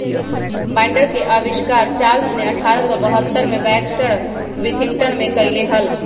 binder के आविष्कार Charles ने अठारह सौ बहत्तर में बैक्सटर विथिंगटन में कइले हल